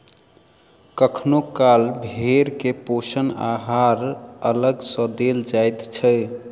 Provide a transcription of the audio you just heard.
कखनो काल भेंड़ के पोषण आहार अलग सॅ देल जाइत छै